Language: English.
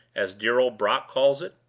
as dear old brock calls it.